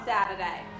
Saturday